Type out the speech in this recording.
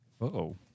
Uh-oh